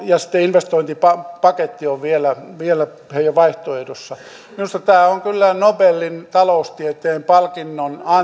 ja sitten investointipaketti on vielä vielä heidän vaihtoehdossaan minusta tämä on kyllä nobelin taloustieteen palkinnon